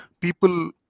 people